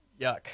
yuck